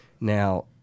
Now